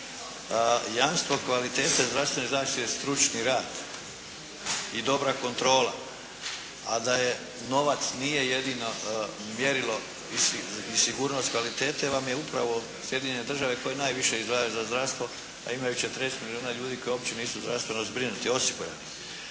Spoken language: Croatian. Jamstvo kvalitete zdravstvene zaštite je stručni rad i dobra kontrola, a da je novac nije jedino mjerilo i sigurnost kvalitete vam je upravo Sjedinjene Države koje najviše izdvajaju za zdravstvo, a imaju 40 milijuna ljudi koji uopće nisu zdravstveno zbrinuti, osigurani.